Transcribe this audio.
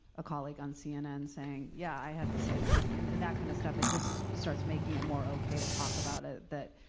a colleague on cnn saying, yeah. i had the same thing. and that kind of stuff, it just starts making it more okay to talk about it. but,